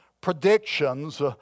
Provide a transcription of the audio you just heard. predictions